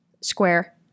Square